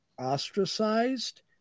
ostracized